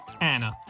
Anna